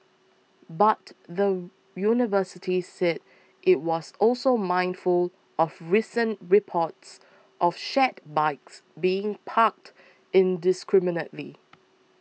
but the university said it was also mindful of recent reports of shared bikes being parked indiscriminately